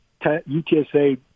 UTSA